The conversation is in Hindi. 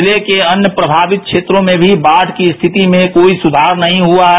जिले के अन्य प्रमावित क्षेत्रों में भी बाढ़ की स्थिति में कोई सुधार नहीं हुआ है